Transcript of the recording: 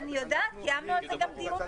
אני יודעת, קיימנו על זה דיונים.